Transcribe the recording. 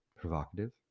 Provocative